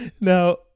Now